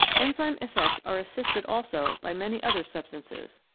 enzyme effects are assisted also by many other substances.